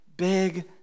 big